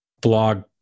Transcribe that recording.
blog